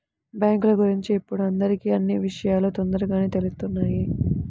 బ్యేంకుల గురించి ఇప్పుడు అందరికీ అన్నీ విషయాలూ తొందరగానే తెలుత్తున్నాయి